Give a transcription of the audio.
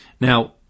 Now